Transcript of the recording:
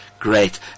Great